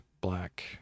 black